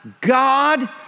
God